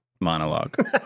monologue